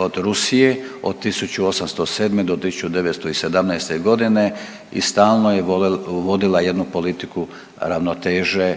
od Rusije od 1807. do 1917. i stalno je vodila jednu politiku ravnoteže